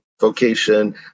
vocation